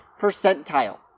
percentile